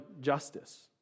justice